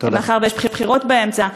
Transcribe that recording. מאחר שיש בחירות באמצע,